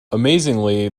amazingly